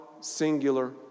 singular